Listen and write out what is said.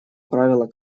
правило